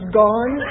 gone